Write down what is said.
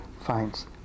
finds